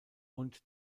und